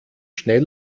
schnell